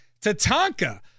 Tatanka